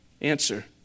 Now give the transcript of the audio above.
Answer